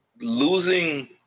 losing